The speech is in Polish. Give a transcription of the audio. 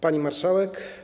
Pani Marszałek!